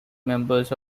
members